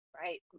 Right